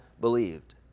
believed